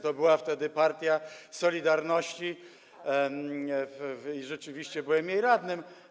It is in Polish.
To była wtedy partia „Solidarności” i rzeczywiście byłem jej radnym.